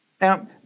Now